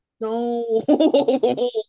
No